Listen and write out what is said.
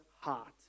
heart